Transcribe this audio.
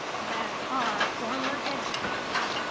that are former educators,